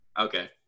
okay